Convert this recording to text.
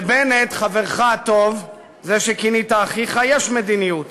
לבנט חברך הטוב, זה שכינית אחיך, יש מדיניות.